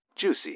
Juicy